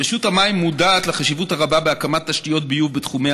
רשות המים מודעת לחשיבות הרבה בהקמת תשתיות ביוב בתחומי